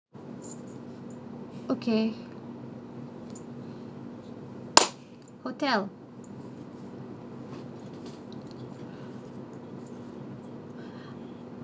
okay hotel